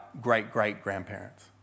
great-great-grandparents